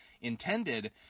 intended